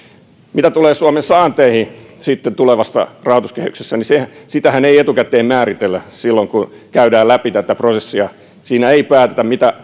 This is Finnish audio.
mitä tulee suomen saanteihin tulevassa rahoituskehyksessä niin sitähän ei etukäteen määritellä silloin kun käydään läpi tätä prosessia siinä ei päätetä mitä